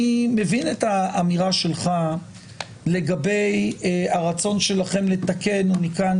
אני מבין את האמירה שלך לגבי הרצון שלכם לתקן ומכאן